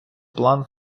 план